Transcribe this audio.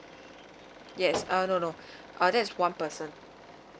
yes uh no no uh that's one person